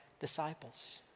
disciples